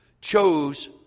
chose